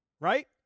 Right